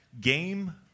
Game